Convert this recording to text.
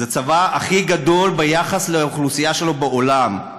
זה הצבא הכי גדול ביחס לאוכלוסייה שלו בעולם,